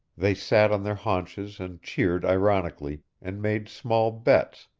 they sat on their haunches and cheered ironically, and made small bets,